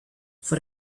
for